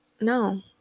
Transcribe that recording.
No